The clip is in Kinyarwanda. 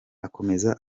akomeza